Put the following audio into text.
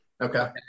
Okay